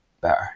better